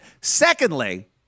secondly